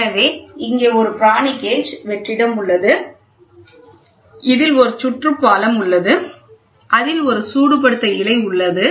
எனவே இங்கே ஒரு பிரானி கேஜ் வெற்றிடம் உள்ளது ஒரு சுற்றுபாலம் உள்ளது அதில் ஒரு சூடுபடுத்தப்பட்ட இழை உள்ளது